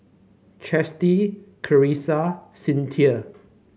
Chasity Clarissa Cyntha